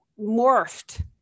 morphed